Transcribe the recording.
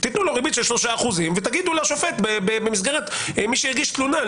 תתנו לו ריבית של שלושה אחוזים ותגידו לשופט במסגרת מי שיגיש תלונה,